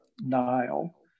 Nile